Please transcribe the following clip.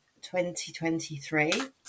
2023